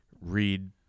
read